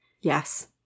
Yes